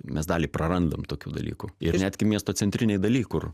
mes dalį prarandam tokių dalykų ir netgi miesto centrinėj daly kur